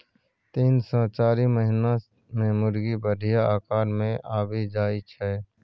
तीन सँ चारि महीना मे मुरगी बढ़िया आकार मे आबि जाइ छै